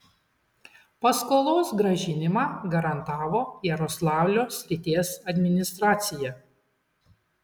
paskolos grąžinimą garantavo jaroslavlio srities administracija